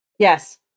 yes